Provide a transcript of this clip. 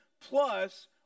plus